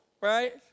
right